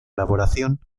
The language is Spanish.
elaboración